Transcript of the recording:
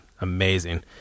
amazing